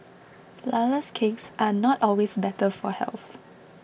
Flourless Cakes are not always better for health